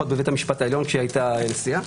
בבית המשפט העליון כשהיא הייתה נשיאה.